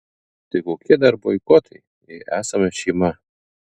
tai kokie dar boikotai jei esame šeima